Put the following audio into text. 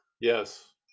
Yes